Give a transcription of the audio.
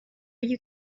you